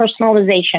personalization